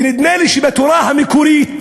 ונדמה לי שבתורה המקורית,